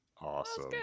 Awesome